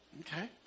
Okay